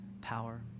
power